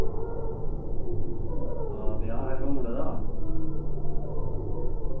हां ब्याह हा जरो मुडे़ दा